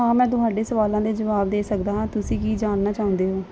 ਹਾਂ ਮੈਂ ਤੁਹਾਡੇ ਸਵਾਲਾਂ ਦੇ ਜਵਾਬ ਦੇ ਸਕਦਾ ਹਾਂ ਤੁਸੀਂ ਕੀ ਜਾਣਨਾ ਚਾਹੁੰਦੇ ਹੋ